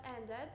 ended